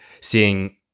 seeing